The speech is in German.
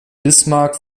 bismarck